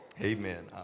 Amen